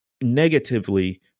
negatively